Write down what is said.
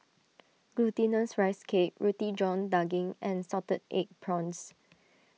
Glutinous Rice Cake Roti John Daging and Salted Egg Prawns